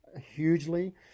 hugely